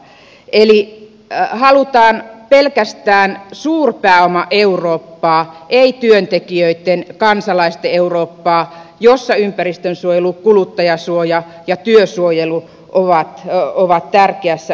eli halutaan pelkästään suurpääoma eurooppaa ei työntekijöitten kansalaisten eurooppaa jossa ympäristönsuojelu kuluttajansuoja ja työsuojelu ovat tärkeässä asemassa